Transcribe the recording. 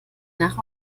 nach